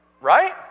Right